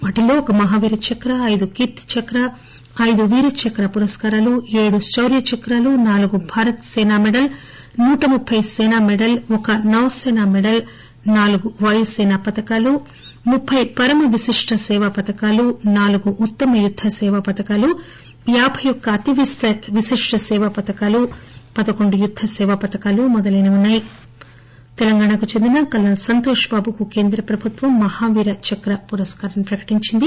వాటిల్లో ఒక మహా వీరచక్ర ఐదు కీర్తి చక్ర ఐదు వీరచక్ర పురస్కారాలు ఏడు శౌర్య చక్రాలు నాలుగు భారత్ సేనా పతకాలు నూటముప్పై సేనా పతకాలు ఒక నవ సేనా పతకం నాలుగు వాయుసేన పతకాలు ముప్పై పరమ విశిష్ట సేవా పతకాలు నాలుగు ఉత్తమ్ యుద్ద్ సేవా పతకాలు యాభై ఒక అతి విశిష్ట సేవా పతకాలు పదకొండు యుద్ద సేవా పతకాలు తెలంగాణాకు చెంది కర్నల్ సంతోష్ బాబుకు కేంద్ర ప్రభుత్వం మహావీర చక్ర పురస్కారం ప్రకటించింది